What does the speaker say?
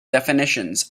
definitions